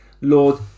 Lord